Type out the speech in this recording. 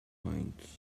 points